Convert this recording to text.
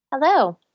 hello